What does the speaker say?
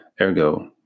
Ergo